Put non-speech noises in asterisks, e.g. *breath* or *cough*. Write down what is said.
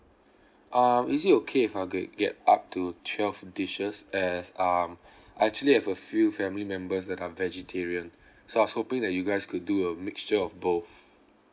um is it okay if I ge~ get up to twelve dishes as um *breath* I actually have a few family members that are vegetarian so I was hoping that you guys could do a mixture of both